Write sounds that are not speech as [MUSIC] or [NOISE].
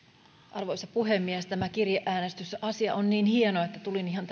arvoisa puhemies tämä kirjeäänestysasia on niin hieno että tulin ihan [UNINTELLIGIBLE]